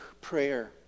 Prayer